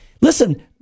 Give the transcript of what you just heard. Listen